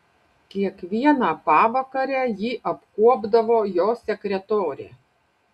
kiekvieną pavakarę jį apkuopdavo jo sekretorė